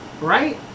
Right